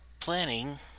planning